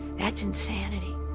that's insanity.